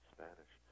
Spanish